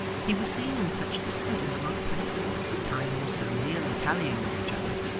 he was seen in such distant and remote places, at times so nearly tallying with each other,